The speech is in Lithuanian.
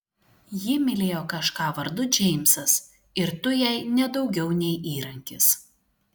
ji mylėjo kažką vardu džeimsas ir tu jai ne daugiau nei įrankis